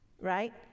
right